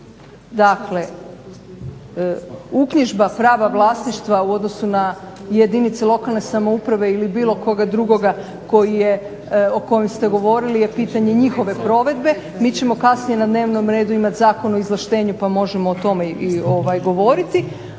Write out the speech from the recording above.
Dakle, uknjižba prava vlasništva u odnosu na jedinice lokalne samouprave ili bilo koga drugoga koji je, o kojem ste govorili je pitanje njihove provedbe. Mi ćemo kasnije na dnevnom redu imati Zakon o izvlaštenju pa možemo o tome i govoriti.